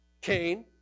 Cain